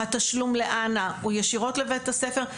התשלום לאנה הוא ישירות לבית הספר,